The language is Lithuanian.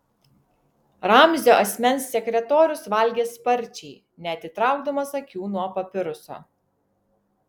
ramzio asmens sekretorius valgė sparčiai neatitraukdamas akių nuo papiruso